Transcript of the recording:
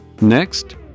Next